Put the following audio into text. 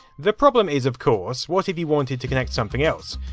the problem is of course, what if you wanted to connect something else?